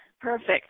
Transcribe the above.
perfect